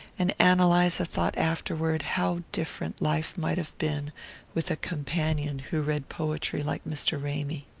and ann eliza thought afterward how different life might have been with a companion who read poetry like mr. ramy.